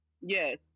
Yes